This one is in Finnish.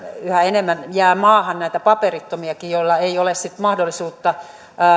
yhä enemmän jää maahan näitä paperittomiakin joilla ei ole mahdollisuutta